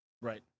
right